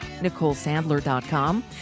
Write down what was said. NicoleSandler.com